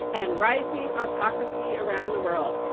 and rising autocracy around the world,